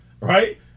Right